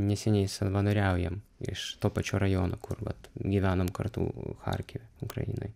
neseniai savanoriaujam iš to pačio rajono kur vat gyvenom kartu charkive ukrainoj